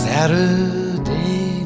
Saturday